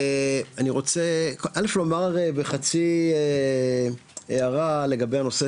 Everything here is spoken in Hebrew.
אני רוצה א' לומר בחצי הערה לגבי הנושא